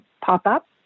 pop-up